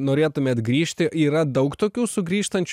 norėtumėt grįžti yra daug tokių sugrįžtančių